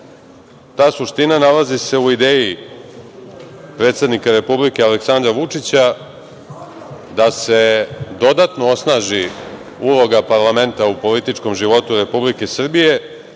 Ta suština nalazi se u ideji predsednika Republike Aleksandra Vučića da se dodatno osnaži uloga parlamenta u političkom životu Republike Srbije